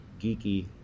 geeky